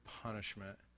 Punishment